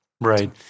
right